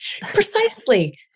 Precisely